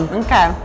okay